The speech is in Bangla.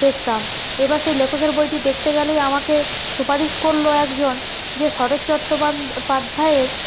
দেখতাম এবার সেই লেখকের বইটি দেখতে গেলেই আমাকে সুপারিশ করলো একজন যে শরৎ চট্টোপাধ্যায়ের